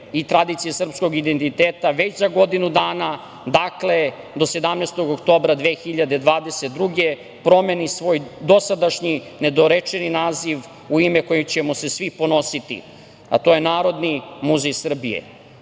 i tradicije srpskog identiteta već za godinu dana, dakle, do 17. oktobra 2022. godine promeni svoj dosadašnji nedorečeni naziv u ime kojim ćemo se svi ponositi, a to je – Narodni muzej Srbije.U